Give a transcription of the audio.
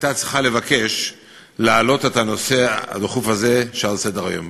הייתה צריכה לבקש להעלות את הנושא הדחוף הזה לסדר-היום.